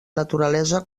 naturalesa